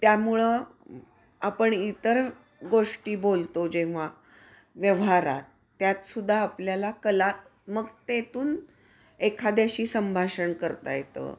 त्यामुळं आपण इतर गोष्टी बोलतो जेव्हा व्यवहारात त्यात सुद्धा आपल्याला कलात्मकतेतून एखाद्याशी संभाषण करता येतं